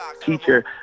teacher